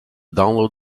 download